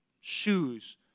shoes